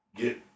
get